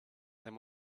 than